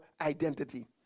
identity